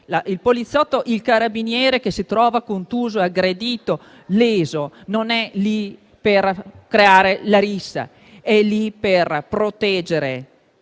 il poliziotto o il carabiniere che si ritrova contuso, aggredito o leso non è lì per creare la rissa, ma è lì per proteggere